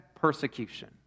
persecution